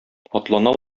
атлана